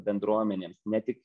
bendruomenėms ne tik